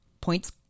points